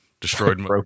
destroyed